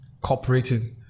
cooperating